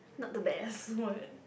not the best word